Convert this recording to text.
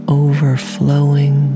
overflowing